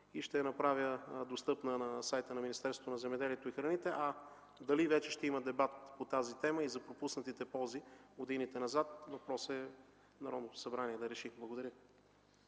и ще я направя достъпна на сайта на Министерството на земеделието и храните, а дали ще има дебат по тази тема и за пропуснатите ползи в годините назад трябва Народното събрание да реши. Благодаря